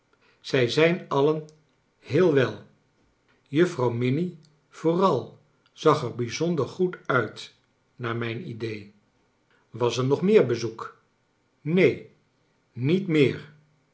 zij zijn alien heel wel juffrouw minnie vooral zag er bijzoinder goed uit naar mijn idee was er nog meer bezoek neen niet meer